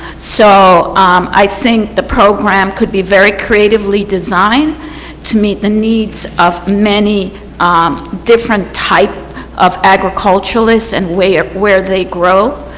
so um i think the program could be very creatively designed to meet the needs of many different type of agriculturalists and ah where they grow.